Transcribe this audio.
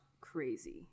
crazy